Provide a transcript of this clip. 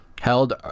held